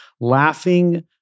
laughing